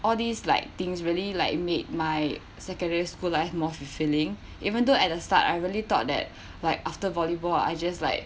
all these like things really like made my secondary school life more fulfilling even though at the start I really thought that like after volleyball I just like